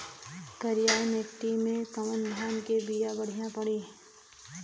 करियाई माटी मे कवन धान के बिया बढ़ियां पड़ी?